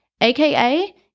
AKA